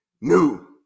new